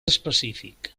específic